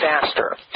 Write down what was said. faster